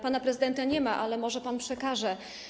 Pana prezydenta nie ma, ale może pan przekaże.